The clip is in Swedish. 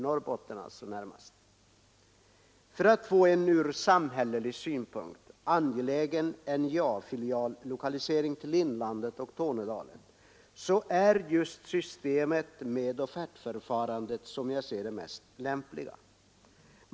För att få till stånd en ur samhällelig synpunkt angelägen NJA-filiallokalisering till inlandet och Tornedalen är just offertförfarandet enligt min mening det mest lämpliga.